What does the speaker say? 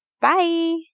bye